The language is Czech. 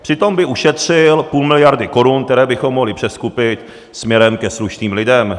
Přitom by ušetřil půl miliardy korun, které bychom mohli přeskupit směrem ke slušným lidem.